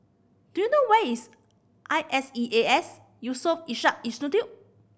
do you know where is I S E A S Yusof Ishak Institute